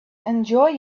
enjoy